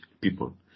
people